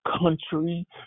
country